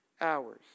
hours